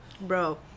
bro